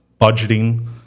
budgeting